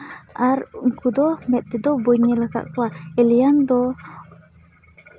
ᱟᱨ ᱩᱱᱠᱩ ᱫᱚ ᱢᱮᱫ ᱛᱮᱫᱚ ᱵᱟᱹᱧ ᱧᱮᱞ ᱠᱟᱜ ᱠᱚᱣᱟ ᱮᱞᱤᱭᱟᱱ ᱫᱚ